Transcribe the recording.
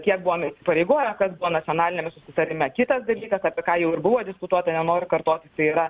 kiek buvom įsipareigoję kas buvo nacionaliniame susitarime kitas dalykas apie ką jau buvo diskutuota nenoriu kartoti tai yra